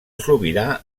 sobirà